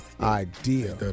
idea